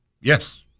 Yes